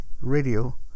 radio